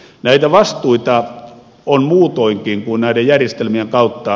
näitä vastuita on muutoinkin kuin näiden järjestelmien kautta